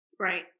Right